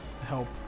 help